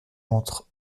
entre